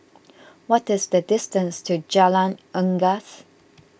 what is the distance to Jalan Unggas